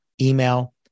email